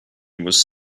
was